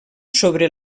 sobre